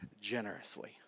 generously